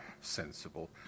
sensible